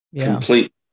complete